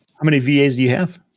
how many vas do you have?